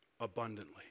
abundantly